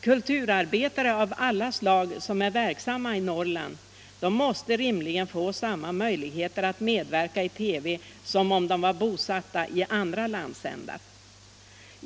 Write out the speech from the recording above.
Kulturarbetare av alla slag som är verksamma i Norrland måste rimligen få samma möjligheter att medverka i TV som om de var bosatta i andra landsändar.